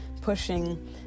pushing